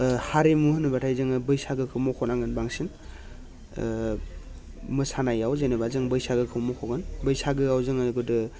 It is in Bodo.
ओ हारिमु होनोब्लाथाय जोङो बैसागोखौ मखनांगोन बांसिन ओ मोसानायाव जेनोबा जों बैसागोखौ मखगोन बैसागोआव जोङो गोदो